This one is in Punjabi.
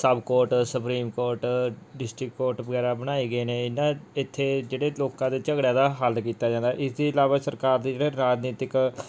ਸਬ court supreme court district court ਵਗੈਰਾ ਬਣਾਏ ਗਏ ਨੇ ਇਹਨਾਂ ਇੱਥੇ ਜਿਹੜੇ ਲੋਕਾਂ ਦੇ ਝਗੜਿਆਂ ਦਾ ਹੱਲ ਕੀਤਾ ਜਾਂਦਾ ਇਸ ਦੇ ਇਲਾਵਾ ਸਰਕਾਰ ਦੇ ਜਿਹੜੇ ਰਾਜਨੀਤਿਕ